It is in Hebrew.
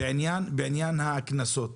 בעניין הקנסות,